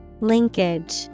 Linkage